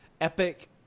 Epic